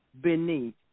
beneath